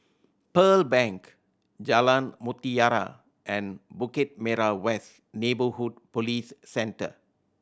Pearl Bank Jalan Mutiara and Bukit Merah West Neighbourhood Police Centre